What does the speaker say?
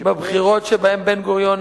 בבחירות שבהן בן-גוריון,